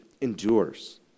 endures